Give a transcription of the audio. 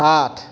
আঠ